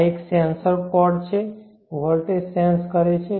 આ એક sensor cord છે વોલ્ટેજ સેન્સ કરે છે